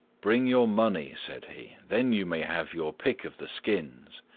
bring your money, said he, then you may have your pick of the skins.